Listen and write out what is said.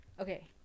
Okay